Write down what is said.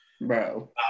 bro